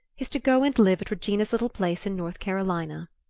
is to go and live at regina's little place in north carolina.